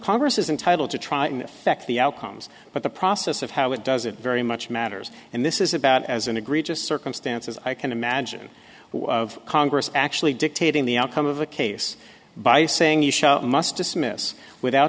congress's entitle to try and affect the outcomes but the process of how it does it very much matters and this is about as an egregious circumstance as i can imagine of congress actually dictating the outcome of a case by saying you shot must dismiss without